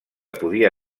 podia